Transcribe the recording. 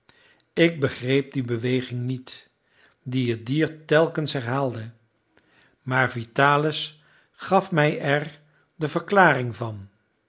ik begreep die beweging niet die het dier telkens herhaalde maar vitalis gaf mij er de verklaring van